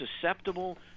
susceptible